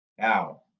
Now